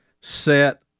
set